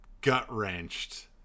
gut-wrenched